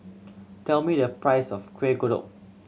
tell me the price of Kuih Kodok